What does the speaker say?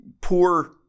poor